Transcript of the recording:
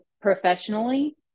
professionally